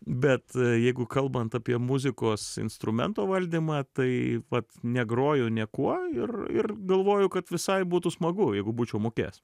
bet jeigu kalbant apie muzikos instrumento valdymą tai vat negroju niekuo ir ir galvoju kad visai būtų smagu jeigu būčiau mokėjęs